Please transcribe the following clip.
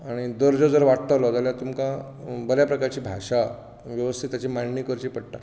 आनी दर्जो जर वाडटलो जाल्यार तुमकां बऱ्या तरेची भाशा वेवस्थीत ताची मांडणी करची पडटा